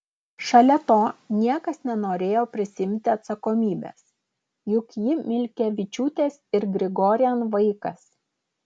šalia to niekas nenorėjo prisiimti atsakomybės juk ji milkevičiūtės ir grigorian vaikas